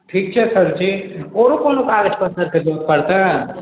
ठीक छै सरजी आओर कोनो कागज पत्तरके जरूरत पड़तै